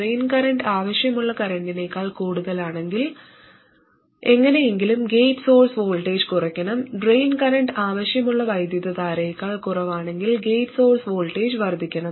drain current ആവശ്യമുള്ള കറന്റിനേക്കാൾ കൂടുതലാണെങ്കിൽ എങ്ങനെയെങ്കിലും ഗേറ്റ് സോഴ്സ് വോൾട്ടേജ് കുറയ്ക്കണം ഡ്രെയിൻ കറന്റ് ആവശ്യമുള്ള വൈദ്യുതധാരയേക്കാൾ കുറവാണെങ്കിൽ ഗേറ്റ് സോഴ്സ് വോൾട്ടേജ് വർദ്ധിക്കണം